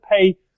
pay